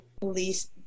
police